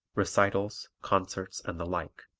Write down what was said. recitals, concerts and the like.